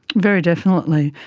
very definitely,